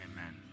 Amen